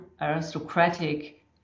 aristocratic